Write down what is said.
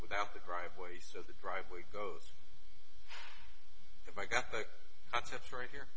without the driveway so the driveway goes if i got that's right here